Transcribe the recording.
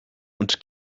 und